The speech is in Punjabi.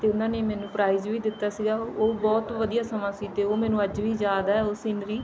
ਅਤੇ ਉਹਨਾਂ ਨੇ ਮੈਨੂੰ ਪ੍ਰਾਈਜ ਵੀ ਦਿੱਤਾ ਸੀਗਾ ਉਹ ਉਹ ਬਹੁਤ ਵਧੀਆ ਸਮਾਂ ਸੀ ਅਤੇ ਉਹ ਮੈਨੂੰ ਅੱਜ ਵੀ ਯਾਦ ਹੈ ਉਹ ਸੀਨਰੀ